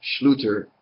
Schluter